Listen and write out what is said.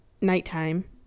nighttime